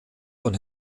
von